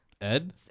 ed